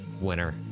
winner